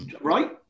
Right